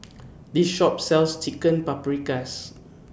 This Shop sells Chicken Paprikas